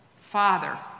Father